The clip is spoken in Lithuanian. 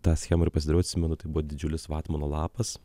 tą schemą ir pasidariau atsimenu tai buvo didžiulis vatmano lapas